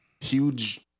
huge